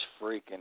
freaking